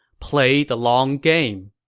play the long game.